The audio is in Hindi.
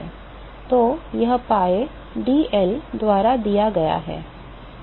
तो यह pi d L द्वारा दिया गया है